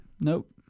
Nope